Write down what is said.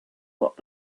what